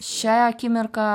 šią akimirką